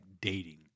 dating